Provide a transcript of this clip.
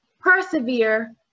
Persevere